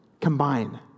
combine